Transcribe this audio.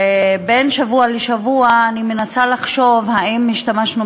ובין שבוע לשבוע אני מנסה לחשוב האם השתמשנו